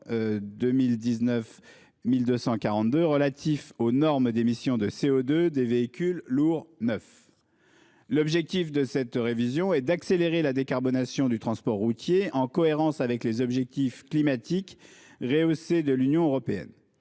en matière d'émissions de CO2 pour les véhicules utilitaires lourds neufs. L'objectif de cette révision est d'accélérer la décarbonation du transport routier en cohérence avec les objectifs climatiques rehaussés de l'Union européenne,